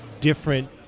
different